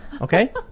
okay